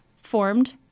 formed